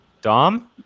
Dom